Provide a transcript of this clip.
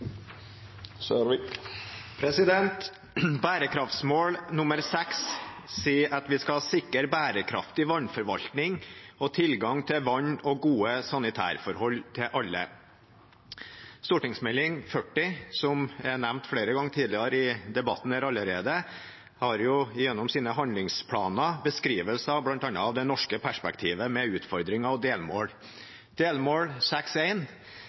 sier at vi skal «sikre bærekraftig vannforvaltning og tilgang til vann og gode sanitærforhold for alle». Meld. St. 40 for 2020–2021, som allerede er nevnt flere ganger tidligere i debatten, har gjennom sine handlingsplaner beskrivelser bl.a. av det norske perspektivet med utfordringer og delmål. Delmål